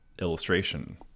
illustration